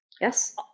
Yes